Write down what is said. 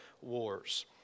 wars